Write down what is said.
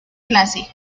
clase